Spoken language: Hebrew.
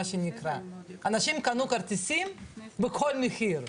אנשים קנו כרטיסים בכל מחיר.